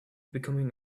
becoming